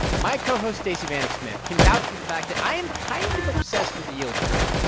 my co-host stacey vanek smith can vouch for the fact that i am kind of obsessed with the yield curve.